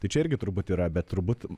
tai čia irgi turbūt yra bet turbūt